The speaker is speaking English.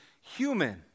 human